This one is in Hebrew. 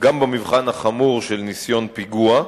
גם במבחן החמור של ניסיון פיגוע,